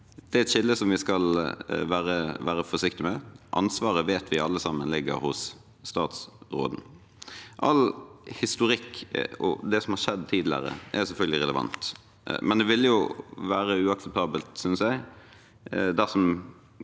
Det er et skille vi skal være forsiktige med. Ansvaret vet vi alle sammen ligger hos statsråden. All historikk og det som har skjedd tidligere, er selvfølgelig relevant, men jeg synes det ville være uakseptabelt dersom